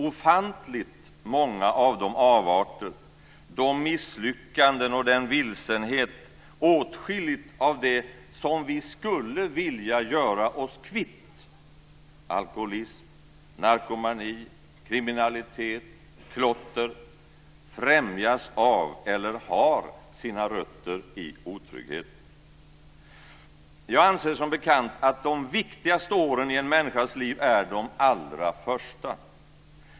Ofantligt många avarter och misslyckanden, mycket av vilsenheten och åtskilligt av det som vi skulle vilja göra oss kvitt - alkoholism, narkomani, kriminalitet och klotter - främjas av eller har sina rötter i otrygghet. Jag anser, som bekant, att de viktigaste åren i en människas liv är de allra första.